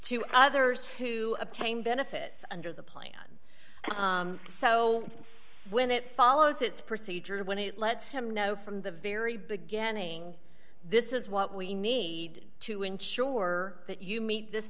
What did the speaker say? to others who obtain benefits under the plan so when it follows its procedures when it lets him know from the very beginning this is what we need to ensure that you meet this